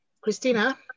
Christina